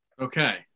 Okay